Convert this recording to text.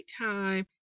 time